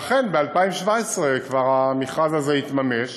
אכן, ב-2017 המכרז הזה כבר יתממש.